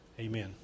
Amen